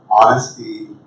honesty